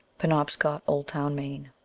penobscot, oldtown, maine.